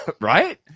right